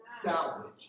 Salvage